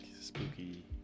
spooky